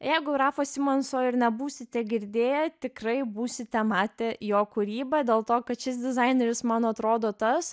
jeigu rafo simonso ir nebūsite girdėję tikrai būsite matę jo kūrybą dėl to kad šis dizaineris man atrodo tas